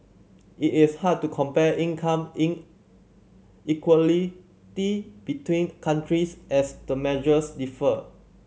it is hard to compare income inequality between countries as the measures differ